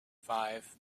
five